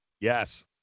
Yes